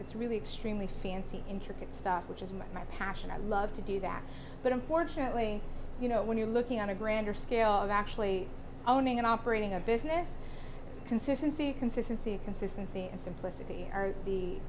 its really extremely fancy intricate stuff which is my passion i love to do that but unfortunately you know when you're looking on a grander scale of actually owning and operating a business consistency consistency consistency and simplicity are the